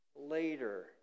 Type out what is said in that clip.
later